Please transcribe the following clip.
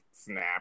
snap